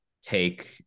take